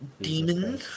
demon